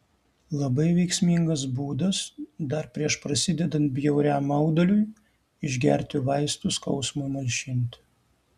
labai veiksmingas būdas dar prieš prasidedant bjauriam mauduliui išgerti vaistų skausmui malšinti